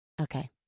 Okay